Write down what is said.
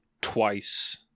twice